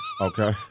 Okay